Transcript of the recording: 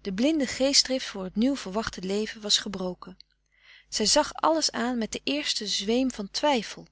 de blinde geestdrift voor het nieuw verwachte leven was gebroken zij zag alles aan met den eersten zweem van twijfel